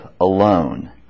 alone